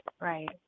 Right